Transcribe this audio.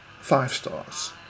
five-stars